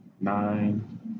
nine